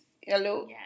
Hello